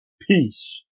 Peace